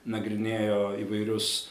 nagrinėjo įvairius